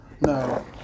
no